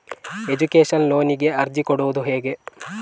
Education ಲೋನಿಗೆ ಅರ್ಜಿ ಕೊಡೂದು ಹೇಗೆ?